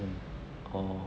mm orh